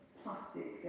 plastic